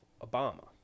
Obama